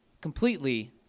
completely